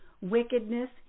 wickedness